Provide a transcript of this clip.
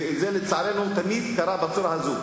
ולצערנו זה תמיד קרה בצורה הזאת.